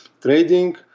trading